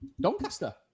Doncaster